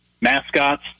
mascots